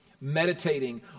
Meditating